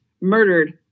murdered